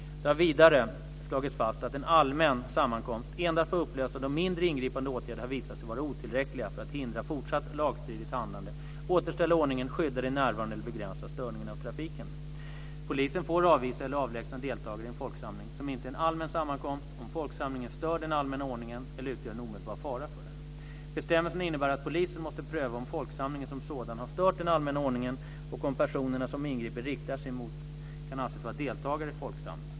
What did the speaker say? Det har vidare slagits fast att en allmän sammankomst endast får upplösas om mindre ingripande åtgärder har visat sig vara otillräckliga för att hindra fortsatt lagstridigt handlande, återställa ordningen, skydda de närvarande eller begränsa störningen av trafiken. Polisen får avvisa eller avlägsna deltagare i en folksamling som inte är en allmän sammankomst, om folksamlingen stör den allmänna ordningen eller utgör en omedelbar fara för denna. Bestämmelsen innebär att polisen måste pröva om folksamlingen som sådan har stört den allmänna ordningen och om personerna som ingripandet riktar sig mot kan anses vara deltagare i folksamlingen.